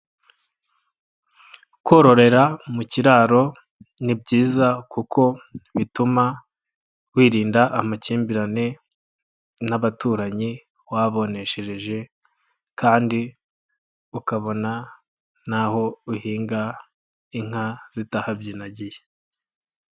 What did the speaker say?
Kororera mu kiraro ni byiza kuko bituma wirinda amakimbirane n'abaturanyi, waboneshereje kandi ukabona naho uhinga, inka zitahabyinagiye.